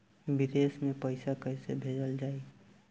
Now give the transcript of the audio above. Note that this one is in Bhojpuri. विदेश में पईसा कैसे भेजल जाई?